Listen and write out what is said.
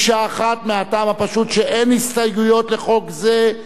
מקשה אחת, מהטעם הפשוט שאין הסתייגויות לחוק זה.